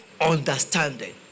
understanding